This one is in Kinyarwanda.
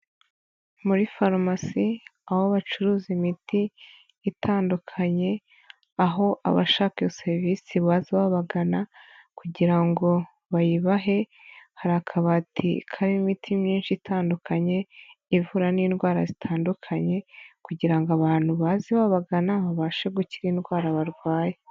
Muri farumasi aho bacuruza imiti itandukanye, aho abashaka serivisi baza babagana kugira ngo bayibahe hari akabati karimo imiti myinshi itandukanye ivura n'indwara zitandukanye kugira ngo abantu baze babagana babashe gukira indwara barwaye.